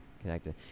connected